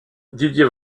didier